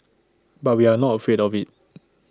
but we are not afraid of IT